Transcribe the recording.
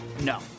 No